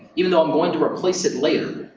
even though i'm going to replace it later,